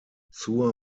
zur